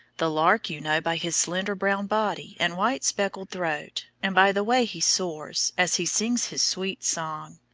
the lark you know by his slender brown body and white speckled throat, and by the way he soars, as he sings his sweet song.